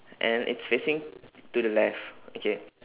and it's facing to the left okay